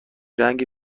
رنگی